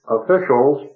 officials